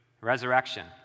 Resurrection